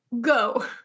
Go